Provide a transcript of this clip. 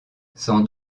sans